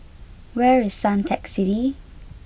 where is Suntec City